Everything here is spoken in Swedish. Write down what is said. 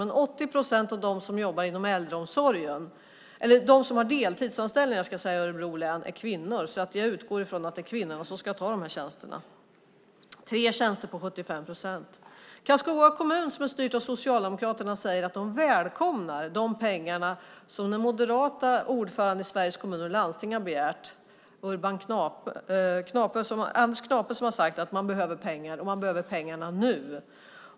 Av dem som har deltidsanställningar i Örebro län är 80 procent kvinnor. Jag utgår från att det är kvinnorna som ska ta de här tjänsterna. Tre tjänster är på 75 procent. I Karlskoga kommun, som är styrd av Socialdemokraterna, säger de att de välkomnar de pengar som den moderate ordföranden i Sveriges Kommuner och Landsting har begärt. Det är Anders Knape som har sagt att man behöver pengar, och man behöver pengarna nu.